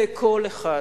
לכל אחד.